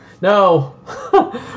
No